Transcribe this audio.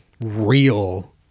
real